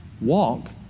Walk